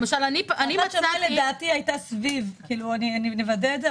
למשל אני מצאתי --- אני אוודא את זה,